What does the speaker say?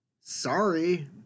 sorry